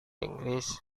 inggris